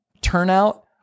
turnout